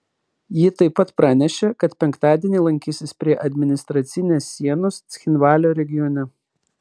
ji taip pat pranešė kad penktadienį lankysis prie administracinės sienos cchinvalio regione